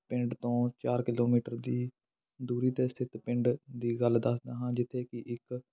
ਪਿੰਡ ਤੋਂ ਚਾਰ ਕਿਲੋਮੀਟਰ ਦੀ ਦੂਰੀ 'ਤੇ ਸਥਿਤ ਪਿੰਡ ਦੀ ਗੱਲ ਦੱਸਦਾ ਹਾਂ ਜਿੱਥੇ ਕਿ ਇੱਕ